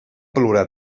plorar